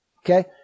Okay